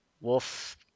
Wolf